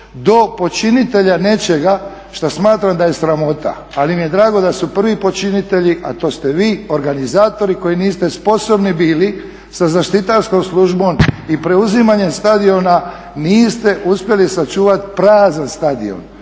do počinitelja nečega šta smatram da je sramota, ali mi je drago da su prvi počinitelji a to ste vi organizatori koji niste sposobni bili sa zaštitarskom službom i preuzimanjem stadiona niste uspjeli sačuvati prazan stadion.